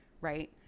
right